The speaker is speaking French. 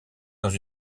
dans